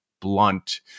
blunt